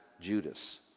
Judas